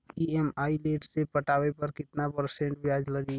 EMI late से पटावे पर कितना परसेंट ब्याज लगी?